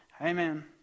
amen